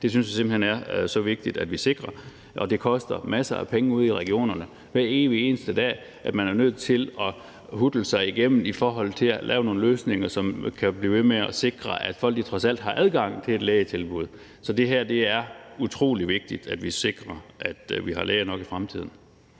Det synes vi simpelt hen er så vigtigt at vi sikrer. Det koster masser af penge ude i regionerne hver evig eneste dag, hvor man er nødt til at hutle sig igennem ved at lave nogle løsninger, som kan blive ved med at sikre, at folk trods alt har adgang til et lægetilbud. Så det er utrolig vigtigt, at vi sikrer, at vi har læger nok i fremtiden.